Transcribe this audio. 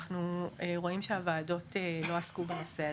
אנחנו רואים שהוועדות לא עסקו בנושא הזה.